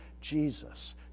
Jesus